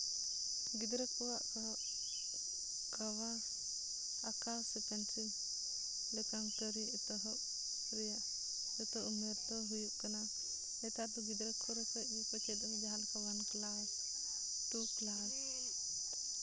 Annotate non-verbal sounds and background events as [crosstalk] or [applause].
ᱜᱤᱫᱽᱨᱟᱹ ᱠᱚᱣᱟᱜ [unintelligible] ᱟᱸᱠᱟᱣ ᱥᱮ ᱯᱮᱱᱴᱤᱝ ᱞᱮᱠᱟᱱ ᱠᱟᱹᱨᱤ ᱮᱛᱚᱦᱚᱵ ᱨᱮᱭᱟᱜ ᱩᱢᱮᱨ ᱫᱚ ᱦᱩᱭᱩᱜ ᱠᱟᱱᱟ ᱱᱮᱛᱟᱨ ᱫᱚ ᱜᱤᱲᱫᱽᱨᱟᱹ ᱠᱚ [unintelligible] ᱡᱟᱦᱟᱸ ᱞᱮᱠᱟ ᱚᱟᱱ ᱠᱞᱟᱥ ᱴᱩ ᱠᱞᱟᱥ